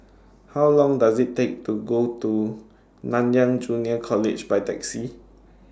How Long Does IT Take to Go to Nanyang Junior College By Taxi